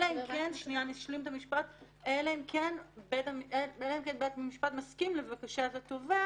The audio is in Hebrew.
אלא אם כן בית המשפט מסכים לבקשת התובע